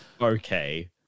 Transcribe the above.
Okay